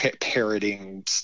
parroting